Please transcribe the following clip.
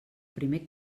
primer